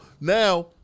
now